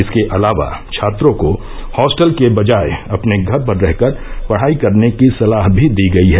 इसके अलावा छात्रों को हॉस्टल के बजाय अपने घर पर रहकर पढ़ाई करने की सलाह भी दी गई है